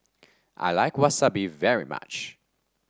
I like Wasabi very much